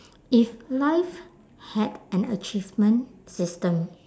if life had an achievement system